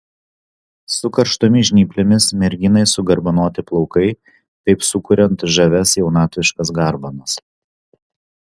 su karštomis žnyplėmis merginai sugarbanoti plaukai taip sukuriant žavias jaunatviškas garbanas